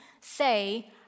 say